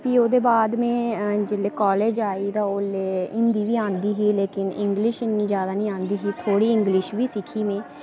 ते प्ही ओह्दे बाद में जेल्लै कॉलेज़ आई ते हिंदी बी आंदी ही लेकिन इंग्लिश इन्नी जादा निं आंदी ही थोह्ड़ी इंग्लिश बी सिक्खी में